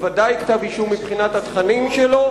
והוא בוודאי כתב אישום מבחינת התכנים שלו.